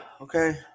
Okay